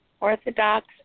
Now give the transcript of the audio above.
Orthodox